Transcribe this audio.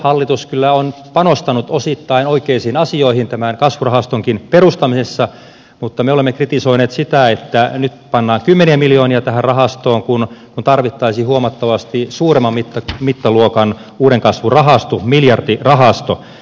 hallitus kyllä on panostanut osittain oikeisiin asioihin tämän kasvurahastonkin perustamisessa mutta me olemme kritisoineet sitä että nyt pannaan kymmeniä miljoonia tähän rahastoon kun tarvittaisiin huomattavasti suuremman mittaluokan uuden kasvun rahasto miljardirahasto